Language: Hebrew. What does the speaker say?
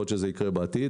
יכול להיות שזה יקרה בעתיד.